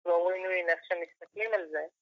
‫לא וין וין איך שמסתכלים על זה.